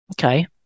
Okay